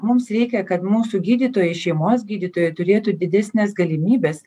mums reikia kad mūsų gydytojai šeimos gydytojai turėtų didesnes galimybes